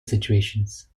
situations